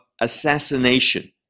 assassination